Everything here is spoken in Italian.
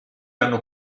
hanno